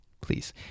please